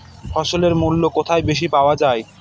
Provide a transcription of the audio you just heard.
ফসলের মূল্য কোথায় বেশি পাওয়া যায়?